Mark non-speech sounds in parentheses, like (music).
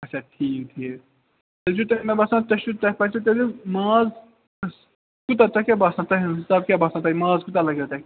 آچھا ٹھیٖک ٹھیٖک تیٚلہِ چھُو تۄہہِ مےٚ باسان تۄہہِ چھُو تۄہہِ پزوٕ تیٚلہِ ماز (unintelligible) کوٗتاہ تۄہہِ کیٛاہ باسان (unintelligible) حِساب کیٛاہ باسان تۄہہِ ماز کوٗتاہ لَگوٕ تۄہہِ